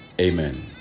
Amen